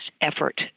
effort